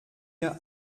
ihr